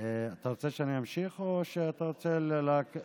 אתה רוצה שאני אמשיך או שאתה רוצה להקריא